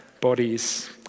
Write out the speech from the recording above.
bodies